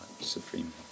Supreme